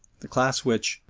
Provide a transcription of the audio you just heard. the class which,